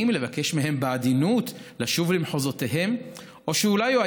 ולבקש מהם בעדינות לשוב למחוזותיהם או שאולי היה